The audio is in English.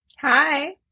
Hi